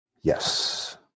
Yes